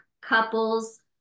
couples